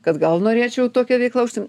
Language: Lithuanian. kad gal norėčiau tokia veikla užsiim